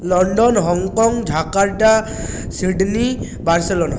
London Hong Kong Jakarta Sydney Barcelona